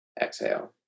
exhale